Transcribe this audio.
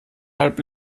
halb